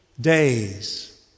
days